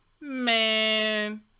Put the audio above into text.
Man